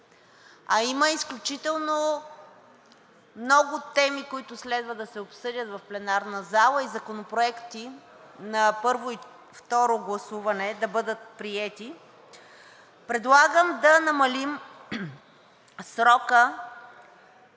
а има изключително много теми, които следва да се обсъдят в пленарната зала, и законопроекти на първо и второ гласуване да бъдат приети, предлагам да намалим срока